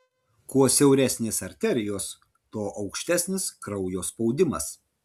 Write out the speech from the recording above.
kuo siauresnės arterijos tuo aukštesnis kraujo spaudimas